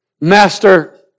Master